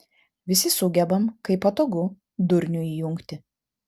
visi sugebam kai patogu durnių įjungti